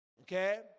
Okay